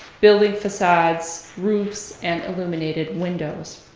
building facades, roofs, and illuminated windows,